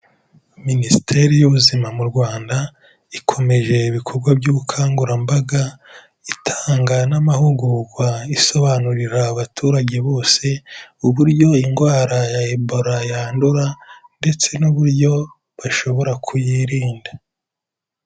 Minisiteri y'Ubuzima mu Rwanda, ikomeje ibikorwa by'ubukangurambaga, itanga n'amahugurwa isobanurira abaturage bose, uburyo indwara ya Ebola yandura ndetse n'uburyo bashobora kuyirinda.